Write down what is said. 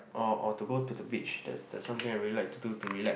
or or to go to the beach that's that's something I really like to do to relax